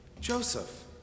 Joseph